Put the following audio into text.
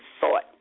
thought